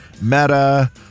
Meta